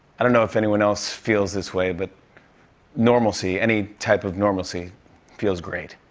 i don't know if anyone else feels this way, but normalcy, any type of normalcy feels great.